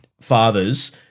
fathers